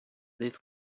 this